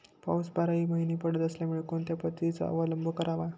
पाऊस बाराही महिने पडत असल्यामुळे कोणत्या पद्धतीचा अवलंब करावा?